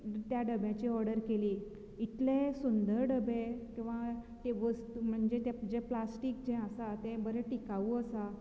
त्या डब्याची ऑर्डर केली इतले सुंदर डबे किंवां त्यो वस्तू म्हणजे तें प्लास्टिक आसा तें बरें टिकावू आसा